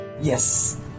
Yes